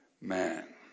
man